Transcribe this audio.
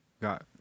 got